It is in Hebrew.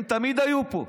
הם תמיד היו פה.